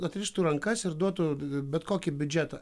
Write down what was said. atrištų rankas ir duotų bet kokį biudžetą